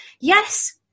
Yes